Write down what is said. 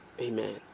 amen